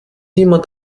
jemand